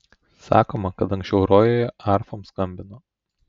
sakoma kad anksčiau rojuje arfom skambino